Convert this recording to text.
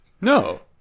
no